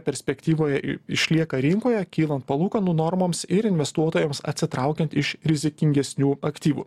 perspektyvoje išlieka rinkoje kylant palūkanų normoms ir investuotojams atsitraukiant iš rizikingesnių aktyvų